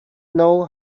know